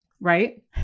right